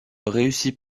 réussit